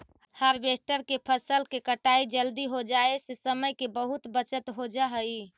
harvester से फसल के कटाई जल्दी हो जाई से समय के बहुत बचत हो जाऽ हई